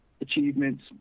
achievements